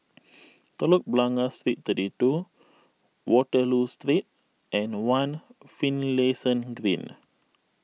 Telok Blangah Street thirty two Waterloo Street and one Finlayson Green